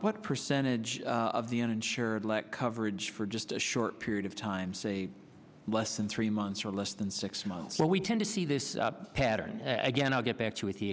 what percentage of the uninsured let coverage for just a short period of time say less than three months or less than six months where we tend to see this pattern again i'll get back to it the